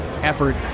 effort